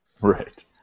Right